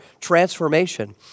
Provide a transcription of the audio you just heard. transformation